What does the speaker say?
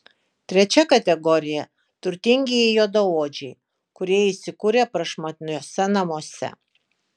trečia kategorija turtingieji juodaodžiai kurie įsikūrę prašmatniuose namuose